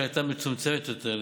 שהייתה מצומצמת יותר,